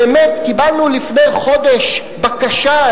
באמת קיבלנו לפני חודש בקשה,